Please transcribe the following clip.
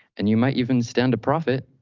and you might even stand a profit,